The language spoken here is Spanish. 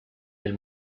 del